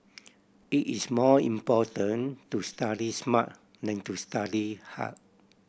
it is more important to study smart than to study hard